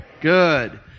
good